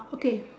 okay